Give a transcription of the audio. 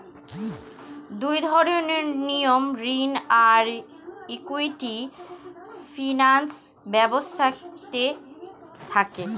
দুই ধরনের নিয়ম ঋণ আর ইকুইটি ফিনান্স ব্যবস্থাতে থাকে